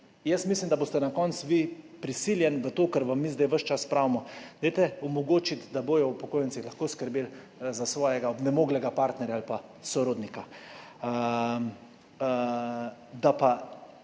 Jaz mislim, da boste na koncu vi prisiljeni v to, kar vam mi zdaj ves čas pravimo. Dajte omogočiti, da bodo upokojenci lahko skrbeli za svojega onemoglega partnerja ali pa sorodnika.